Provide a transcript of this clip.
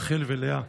רחל ולאה,